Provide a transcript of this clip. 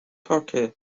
turkey